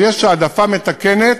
ויש העדפה מתקנת,